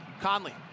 Conley